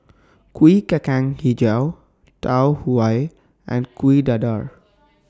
Kuih Kacang Hijau Tau Huay and Kuih Dadar